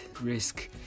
risk